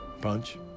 punch